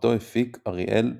אותו הפיק אריאל טוכמן.